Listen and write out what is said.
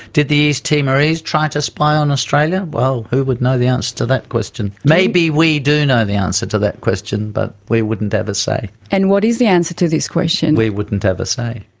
did the east timorese try and to spy on australia? well, who would know the answer to that question. maybe we do know the answer to that question, but we wouldn't ever say. and what is the answer to this question? we wouldn't ever say.